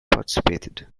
participated